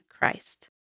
Christ